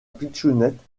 pitchounette